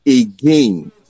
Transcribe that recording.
again